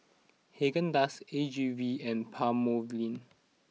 Haagen Dazs A G V and Palmolive